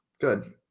Good